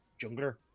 jungler